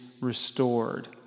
restored